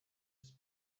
his